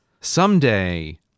someday